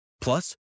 Plus